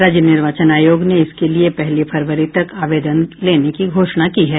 राज्य निर्वाचन अयोग ने इसके लिये पहली फरवरी तक आवेदन लेने की घोषणा की है